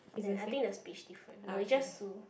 eh I think the speech different no it's just sue